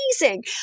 amazing